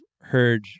heard